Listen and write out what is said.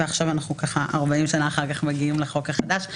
ועכשיו 40 שנה אחר כך אנחנו מגיעים לחוק החדש.